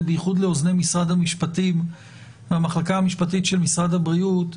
בייחוד לאוזני משרד המשפטים והמחלקה המשפטית של משרד הבריאות.